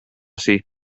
ací